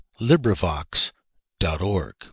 LibriVox.org